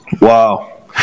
Wow